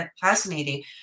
fascinating